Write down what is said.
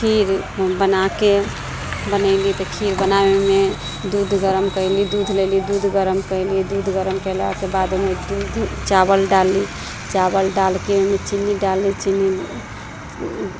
खीर हम बना कऽ बनयली तऽ खीर बनाबयमे दूध गरम कयली दूध लेली दूध गरम कयली दूध गरम कयलाके बाद ओहिमे दूध चावल डालली चावल डालि कऽ ओहिमे चीनी डालली चीनी